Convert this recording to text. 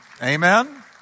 amen